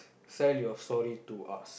sell your story to us